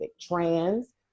trans